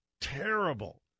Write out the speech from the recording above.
terrible